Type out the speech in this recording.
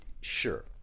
sure